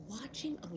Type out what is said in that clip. watching